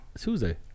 Tuesday